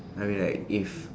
I mean like if